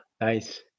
nice